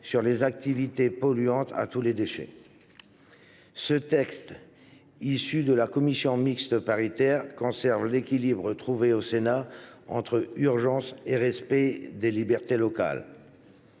sur les activités polluantes à tous les déchets. Le texte issu de la commission mixte paritaire conserve l’équilibre trouvé au Sénat entre urgence et respect des libertés locales.